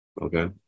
Okay